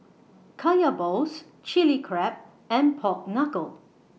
Kaya Balls Chilli Crab and Pork Knuckle